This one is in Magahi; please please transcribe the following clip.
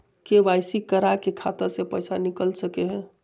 के.वाई.सी करा के खाता से पैसा निकल सके हय?